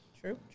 True